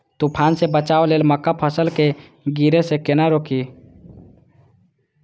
तुफान से बचाव लेल मक्का फसल के गिरे से केना रोकी?